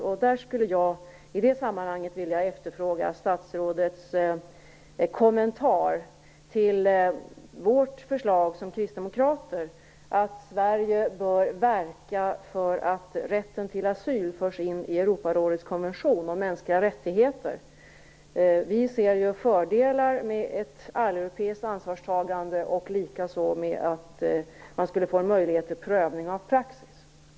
I det sammanhanget efterfrågar jag statsrådets kommentar till kristdemokraternas förslag, nämligen att Sverige bör verka för att rätten till asyl förs in i Europarådets konvention om mänskliga rättigheter. Vi ser fördelar med ett alleuropeiskt ansvarstagande liksom med att man skulle få möjlighet till prövning av praxis.